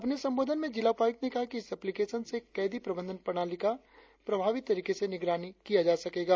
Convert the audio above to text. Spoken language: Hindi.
अपने संबोधन में जिला उपायुक्त ने कहा कि इस एप्लिकेशन से कैदी प्रबंधन प्रणाली का प्रभावी तरीके से निगरानी किया जा सकेगा